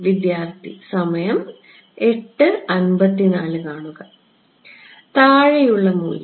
താഴെയുള്ള മൂല്യം